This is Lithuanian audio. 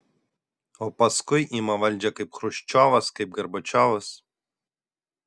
o paskui ima valdžią kaip chruščiovas kaip gorbačiovas